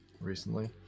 recently